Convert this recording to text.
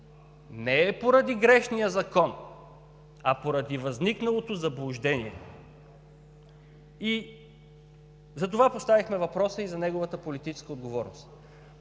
Не е поради грешния закон, а поради възникналото заблуждение. Затова поставихме въпроса и за неговата политическа отговорност.